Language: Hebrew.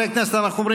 התשע"ט 2019, נתקבלה.